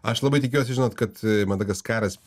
aš labai tikiuosi žinot kad madagaskaras